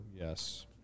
Yes